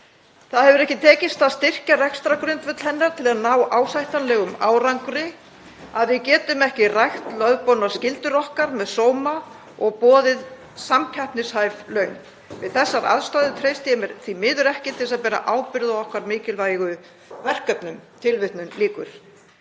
hins vegar ekki tekist að styrkja rekstrargrundvöll hennar til að ná ásættanlegum árangri — að við getum rækt lögboðnar skyldur okkar með sóma og boðið samkeppnishæf laun. Við þessar aðstæður treysti ég mér því miður ekki til að bera ábyrgð á okkar mikilvægu verkefnum.“ Samningar